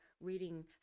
reading